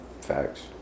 Facts